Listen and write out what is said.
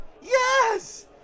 Yes